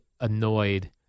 annoyed